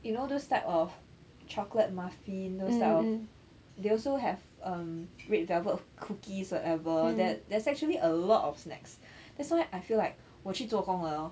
you know those type of chocolate muffin those type of they also have um red velvet cookies or whatever there's there's actually a lot of snacks that's why I feel like 我去做工了 hor